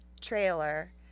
trailer